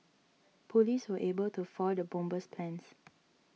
police were able to foil the bomber's plans